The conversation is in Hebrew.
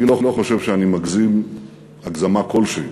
אני לא חושב שאני מגזים הגזמה כלשהי